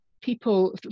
people